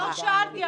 לא שאלתי,